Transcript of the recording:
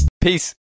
Peace